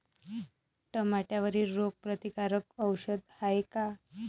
टमाट्यावरील रोग प्रतीकारक औषध हाये का?